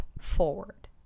forward